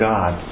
God